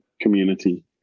community